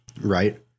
right